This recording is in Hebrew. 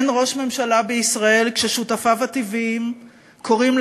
אין ראש ממשלה בישראל כששותפיו הטבעיים קוראים